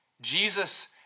Jesus